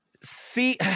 See –